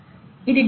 ఇది డీఎన్ఏ